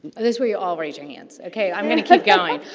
this is where you all raise your hands. okay, i'm going to keep going.